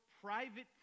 private